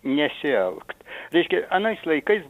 nesielgt reiškia anais laikais